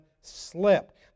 slip